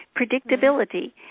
predictability